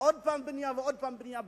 עוד פעם בנייה ועוד פעם בנייה.